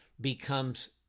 becomes